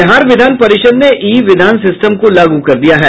बिहार विधान परिषद ने ई विधान सिस्टम को लागू कर दिया है